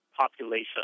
population